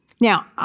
Now